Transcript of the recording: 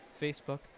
Facebook